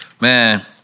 man